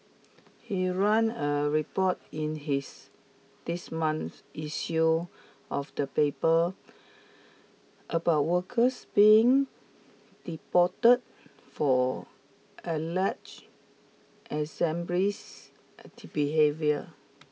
he ran a report in his this month's issue of the paper about workers being deported for alleged extremist behaviour